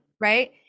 Right